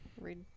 read